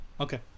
Okay